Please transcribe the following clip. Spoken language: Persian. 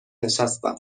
نشستم